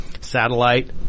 Satellite